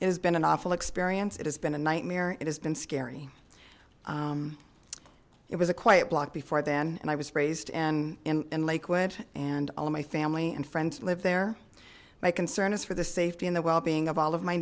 has been an awful experience it has been a nightmare it has been scary it was a quiet block before then and i was raised in in in lakewood and all of my family and friends live there my concern is for the safety and the well being of all of my